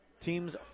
Teams